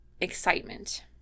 excitement